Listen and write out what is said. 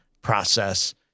process